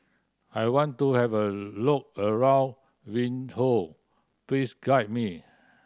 I want to have a look around Windhoek please guide me